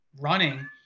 running